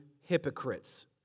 hypocrites